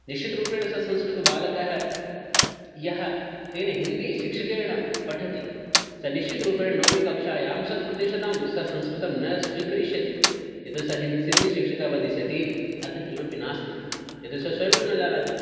निश्चितरूपेण सः संस्कृतबालकः यः तेन हिन्दीशिक्षकेन पठति सः निश्चितरूपेण नवमीकक्षायां शतप्रतिशतं सः संस्कृतं न स्वीकरिष्यति यतः सः हि हिन्दीशिक्षकः वदिष्यति अत्र किमपि नास्ति यतो हि सः स्वयमेव न जानाति